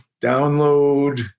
download